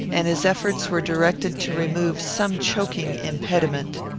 and his efforts were directed to remove some choking impediment.